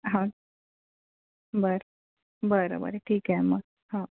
हो बर बरं बरं ठीक आहे मग हो